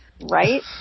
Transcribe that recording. Right